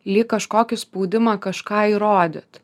lyg kažkokį spaudimą kažką įrodyt